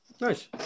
Nice